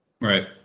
Right